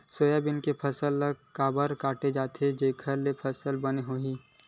Soybean के फसल ल काबर काटे जाथे जेखर ले फसल बने होही?